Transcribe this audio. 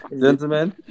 gentlemen